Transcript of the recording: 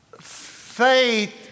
faith